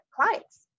clients